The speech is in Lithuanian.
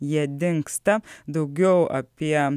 jie dingsta daugiau apie